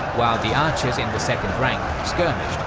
while the archers in the second rank skirmished,